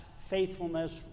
faithfulness